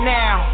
now